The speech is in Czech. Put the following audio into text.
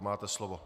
Máte slovo.